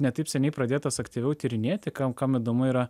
ne taip seniai pradėtas aktyviau tyrinėti kam kam įdomu yra